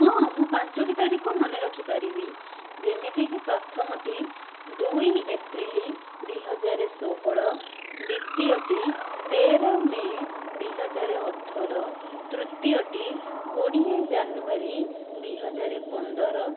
ହଁ ମୁଁ ପାଞ୍ଚଟି ତାରିଖ ମନେରଖି ପାରିବି ଯେମିତିକି ପ୍ରଥମଟି ଦୁଇ ଏପ୍ରିଲ ଦୁଇହଜାର ଷୋହଳ ଦ୍ୱିତୀୟଟି ତେର ମେ' ଦୁଇହଜାର ଅଠର ତୃତୀୟଟି କୋଡ଼ିଏ ଜାନୁଆରୀ ଦୁଇହଜାର ପନ୍ଦର